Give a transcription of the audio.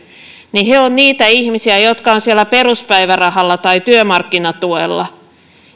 on niitä ihmisiä jotka ovat siellä peruspäivärahalla tai työmarkkinatuella